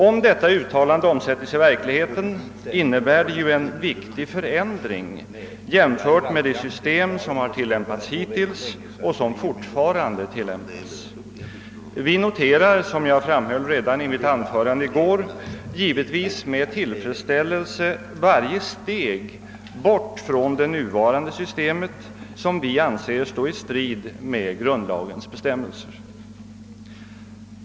Om detta uttalande omsättes i verkligheten innebär det en viktig förändring jämfört med det system, som har tillämpats hittills och som forifarande tillämpas. Vi noterar, såsom jag framhöll redan i ett anförande i går, givetvis med tillfredsställelse varje steg bort från det nuvarande systemet, som vi anser stå i strid med grundlagens bestämmelser.